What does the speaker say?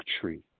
tree